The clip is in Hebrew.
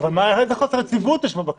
אבל איזה חוסר יציבות יש פה בכנסת?